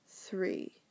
three